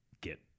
get